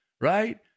right